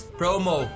promo